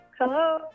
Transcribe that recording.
Hello